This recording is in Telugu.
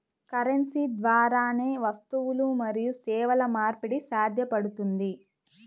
కరెన్సీ ద్వారానే వస్తువులు మరియు సేవల మార్పిడి సాధ్యపడుతుంది